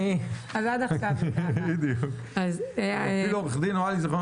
אני חייב להודות שעורך דין אוהלי זיכרונו